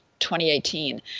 2018